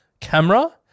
camera